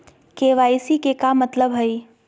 KYC के का मतलब हई?